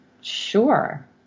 sure